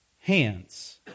hands